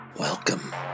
Welcome